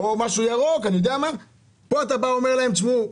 אבל פה אתה בא ואומר להם: תשמעו,